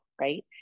right